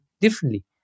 differently